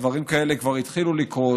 דברים כאלה כבר התחילו לקרות.